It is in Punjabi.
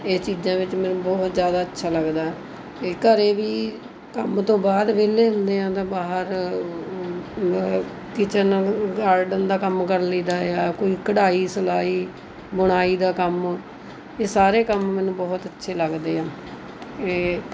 ਇਹ ਚੀਜ਼ਾਂ ਵਿੱਚ ਮੈਨੂੰ ਬਹੁਤ ਜ਼ਿਆਦਾ ਅੱਛਾ ਲੱਗਦਾ ਕਿ ਘਰੇ ਵੀ ਕੰਮ ਤੋਂ ਬਾਅਦ ਵਿਹਲੇ ਹੁੰਦੇ ਹਾਂ ਤਾਂ ਬਾਹਰ ਕਿਚਨ ਨਾਲ਼ ਗਾਰਡਨ ਦਾ ਕੰਮ ਕਰ ਲਈਦਾ ਜਾਂ ਕੋਈ ਕਢਾਈ ਸਲਾਈ ਬੁਣਾਈ ਦਾ ਕੰਮ ਇਹ ਸਾਰੇ ਕੰਮ ਮੈਨੂੰ ਬਹੁਤ ਅੱਛੇ ਲੱਗਦੇ ਆ ਅਤੇ